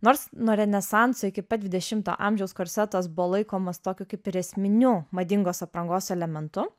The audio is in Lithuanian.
nors nuo renesanso iki pat dvidešimto amžiaus korsetas buvo laikomas tokiu kaip ir esminiu madingos aprangos elementu